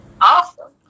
Awesome